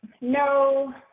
no